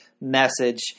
message